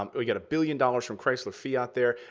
um but we got a billion dollars from chrysler fiat there.